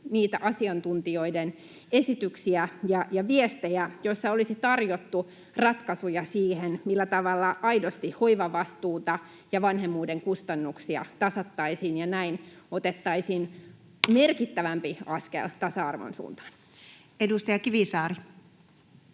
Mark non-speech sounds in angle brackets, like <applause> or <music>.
niitä asiantuntijoiden esityksiä ja viestejä, joissa olisi tarjottu ratkaisuja siihen, millä tavalla aidosti hoivavastuuta ja vanhemmuuden kustannuksia tasattaisiin ja näin otettaisiin <noise> merkittävämpi askel tasa-arvon suuntaan? [Speech 240]